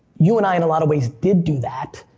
you and i in a lot of ways did do that,